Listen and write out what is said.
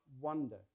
wonder